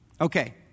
Okay